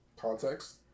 Context